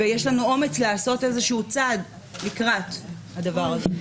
ויש לנו אומץ לעשות איזשהו צעד לקראת הדבר הזה.